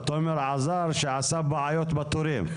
תומר עזר שעשה בעיות בתורים.